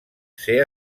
ser